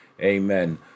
amen